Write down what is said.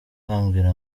bambwira